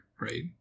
right